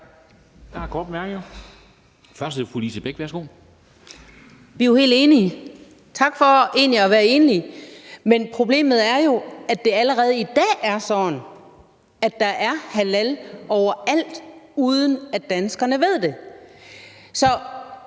Vi er jo helt enige; tak for egentlig at være enige. Men problemet er jo, at det allerede i dag er sådan, at der er halal overalt, uden at danskerne ved det.